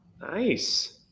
Nice